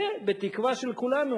והתקווה של כולנו,